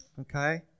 okay